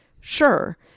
Sure